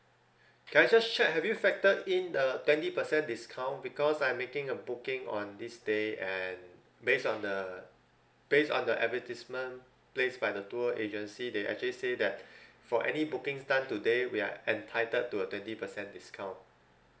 can I just check have you factored in the twenty percent discount because I'm making a booking on this day and based on the based on the advertisement placed by the tour agency they actually say that for any bookings done today we are entitled to a twenty percent discount